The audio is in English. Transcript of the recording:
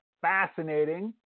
fascinating